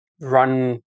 run